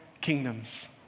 kingdoms